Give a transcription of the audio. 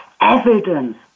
evidence